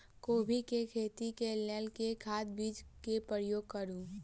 कोबी केँ खेती केँ लेल केँ खाद, बीज केँ प्रयोग करू?